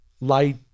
light